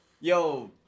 Yo